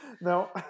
no